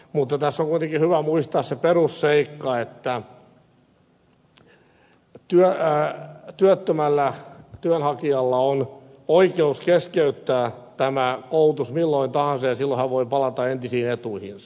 mutta tässä on kuitenkin hyvä muistaa se perusseikka että työttömällä työnhakijalla on oikeus keskeyttää tämä koulutus milloin tahansa ja silloin hän voi palata entisiin etuihinsa